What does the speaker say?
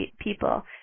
people